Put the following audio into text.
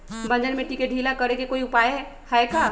बंजर मिट्टी के ढीला करेके कोई उपाय है का?